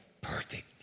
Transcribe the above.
perfect